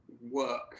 work